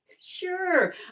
Sure